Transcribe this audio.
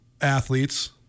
athletes